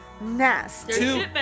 nasty